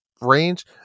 range